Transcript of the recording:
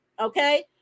okay